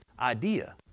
idea